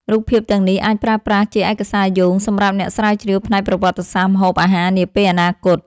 រូបភាពទាំងនេះអាចប្រើប្រាស់ជាឯកសារយោងសម្រាប់អ្នកស្រាវជ្រាវផ្នែកប្រវត្តិសាស្ត្រម្ហូបអាហារនាពេលអនាគត។